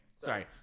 sorry